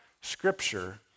scripture